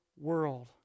world